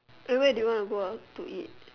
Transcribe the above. eh where do you want to go ah to eat